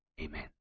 Amen